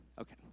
okay